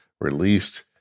released